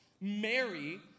Mary